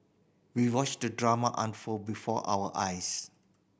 we watched the drama unfold before our eyes